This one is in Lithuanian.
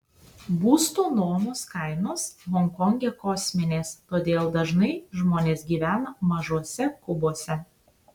būsto nuomos kainos honkonge kosminės todėl dažnai žmonės gyvena mažuose kubuose